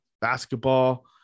basketball